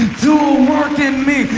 do a work in me.